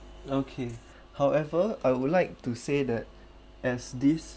okay however I would like to say that as this